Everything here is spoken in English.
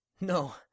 No